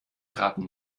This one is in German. traten